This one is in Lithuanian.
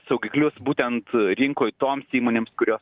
saugiklius būtent rinkoj toms įmonėms kurios